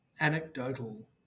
anecdotal